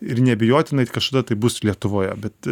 ir neabejotinai kažkada tai bus lietuvoje bet